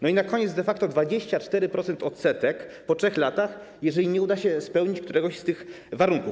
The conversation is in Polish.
No i na koniec de facto 24% odsetek po 3 latach, jeżeli nie uda się spełnić któregoś z tych warunków.